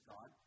God